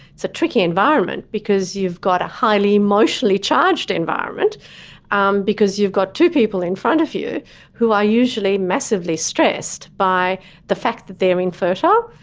it's a tricky environment because you've got a highly emotionally charged environment um because you've got two people in front of you who are usually massively stressed by the fact that they're infertile,